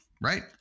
right